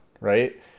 right